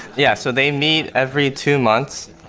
yeah, so they meet every two months,